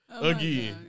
again